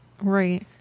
Right